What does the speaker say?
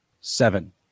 Seven